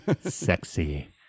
sexy